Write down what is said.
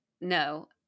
no